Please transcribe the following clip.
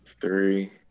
Three